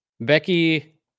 Becky